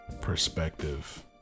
perspective